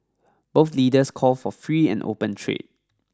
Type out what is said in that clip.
both leaders call for free and open trade